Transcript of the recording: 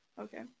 Okay